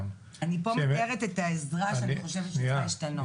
--- אני פה מתארת את העזרה שאני חושבת צריכה להשתנות.